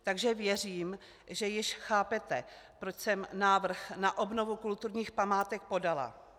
Takže věřím, že již chápete, proč jsem návrh na obnovu kulturních památek podala.